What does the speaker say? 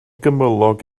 gymylog